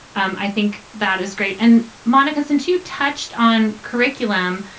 um i think that is great. and monica, since you touched on curriculum,